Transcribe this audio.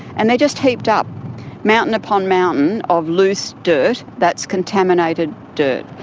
and they're just heaped up mountain upon mountain of loose dirt, that's contaminated dirt.